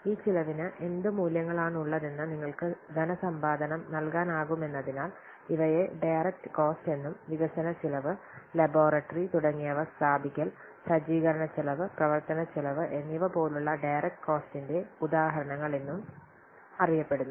ഈ ചെലവിന് എന്ത് മൂല്യങ്ങളാണുള്ളതെന്ന് നിങ്ങൾക്ക് ധനസമ്പാദനം നൽകാനാകുമെന്നതിനാൽ ഇവയെ ഡയറക്റ്റ്കോസ്റ്റ് എന്നും വികസന ചെലവ് ലബോറട്ടറി തുടങ്ങിയവ സ്ഥാപിക്കൽ സജ്ജീകരണ ചെലവ് പ്രവർത്തന ചെലവ് എന്നിവ പോലുള്ള ഡയറക്റ്റ് കോസ്റ്റിന്റെ മറ്റ് ഉദാഹരണങ്ങൾ എന്നും അറിയപ്പെടുന്നു